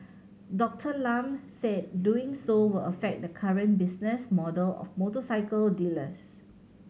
Doctor Lam said doing so will affect the current business model of motorcycle dealers